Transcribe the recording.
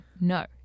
No